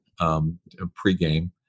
pregame